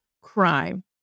crime